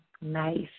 Nice